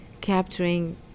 capturing